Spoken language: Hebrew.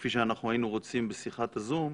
כפי שאנחנו היינו רוצים, בשיחת הזום.